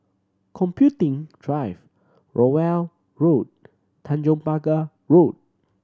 Computing Drive Rowell Road Tanjong Pagar Road